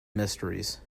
mysteries